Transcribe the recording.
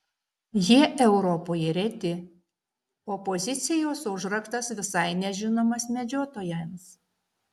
jie europoje reti o pozicijos užraktas visai nežinomas medžiotojams